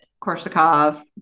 Korsakov